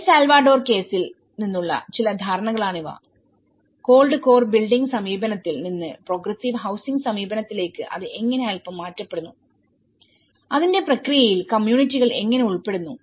L Salvador കേസിൽനിന്നുള്ള ചില ധാരണകളാണിവകോൾഡ് കോർ ബിൽഡിംഗ് സമീപനത്തിൽ നിന്ന് പ്രോഗ്രസ്സീവ് ഹൌസിങ് സമീപനത്തിലേക്ക് അത് എങ്ങനെ അൽപ്പം മാറ്റപ്പെട്ടുന്നു അതിന്റെ പ്രക്രിയയിൽ കമ്മ്യൂണിറ്റികൾ എങ്ങനെ ഉൾപ്പെടുന്നു